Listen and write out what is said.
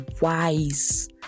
wise